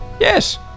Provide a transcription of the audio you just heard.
Yes